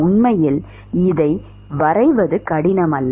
உண்மையில் இதை வரைவது கடினம் அல்ல